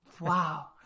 wow